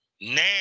now